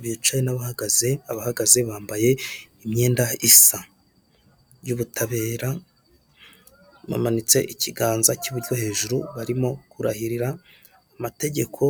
Bicaye n'abahagaze abahagaze bambaye imyenda isa, y'ubutabera bamanitse ikiganza cy'uburyo hejuru barimo kurahirira, amategeko